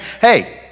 hey